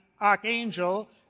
archangel